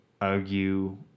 argue